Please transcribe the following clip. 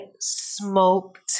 smoked